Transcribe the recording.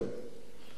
ונרצח